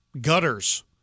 gutters